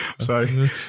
sorry